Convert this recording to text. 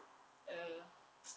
err